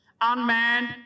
unmanned